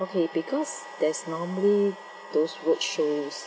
okay because there's normally those roadshows